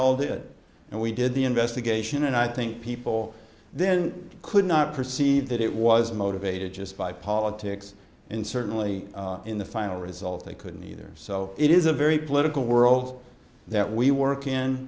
all did and we did the investigation and i think people then could not perceive that it was motivated just by politics and certainly in the final result they couldn't either so it is a very political world that we work in